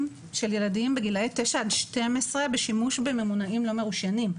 בגילאי 9-12 בשימוש בממונעים לא מרושיינים.